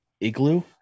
Igloo